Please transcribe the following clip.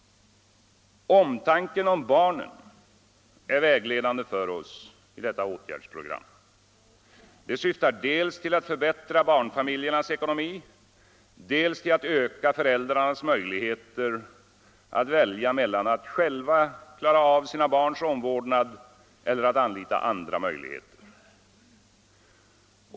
Omtanken om barnen är vägledande för oss i detta åtgärdsprogram. Det syftar dels till att förbättra barnfamiljernas ekonomi, dels till att öka föräldrarnas möjligheter att välja mellan att själva klara av sina barns omvårdnad eller att anlita andra möjligheter.